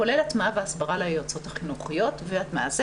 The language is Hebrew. כולל הטמעה והסברה ליועצות החינוכיות והתנעה.